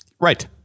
right